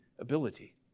ability